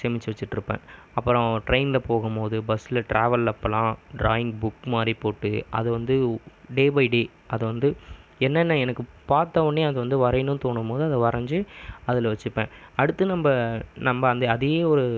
சேமித்து வச்சிட்டுருப்பேன் அப்பறம் ட்ரெயினில் போகும் போது பஸில் ட்ராவல் அப்போல்லாம் ட்ராயிங் புக் மாதிரி போட்டு அது வந்து டே பை டே அதை வந்து என்னென்ன எனக்கு பார்த்தவொட்னே அது வந்து வரையண்னு தோணும் போது அதை வரைஞ்சி அதில் வச்சுப்பேன் அடுத்து நம்ம நம்ம அந் அதே ஒரு